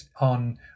on